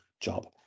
job